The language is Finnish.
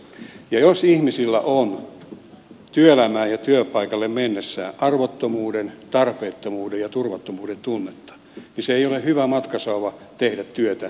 ja jos ihmisillä on työelämään ja työpaikalle mennessään arvottomuuden tarpeettomuuden ja turvattomuuden tunnetta niin se ei ole hyvä matkasauva tehdä työtä ja jaksaa